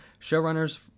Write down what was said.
Showrunners